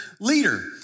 leader